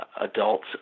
adults